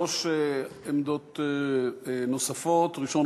יש לנו שלוש עמדות נוספות: ראשון,